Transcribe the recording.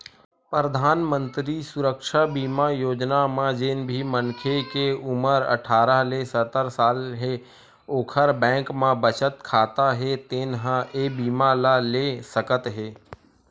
परधानमंतरी सुरक्छा बीमा योजना म जेन भी मनखे के उमर अठारह ले सत्तर साल हे ओखर बैंक म बचत खाता हे तेन ह ए बीमा ल ले सकत हे